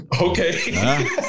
okay